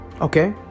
okay